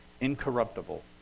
incorruptible